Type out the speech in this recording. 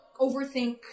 overthink